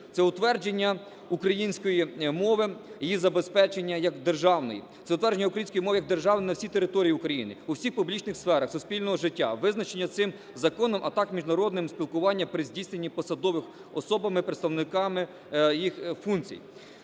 Це утвердження української мови , її забезпечення як державної. Це утвердження української мови як державної на всій території України у всіх публічних сферах суспільного життя, визначення цим законом, а так міжнародним спілкування при здійснення посадовими особами, представниками їх функцій.